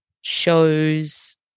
shows